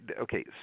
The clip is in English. okay